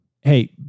Hey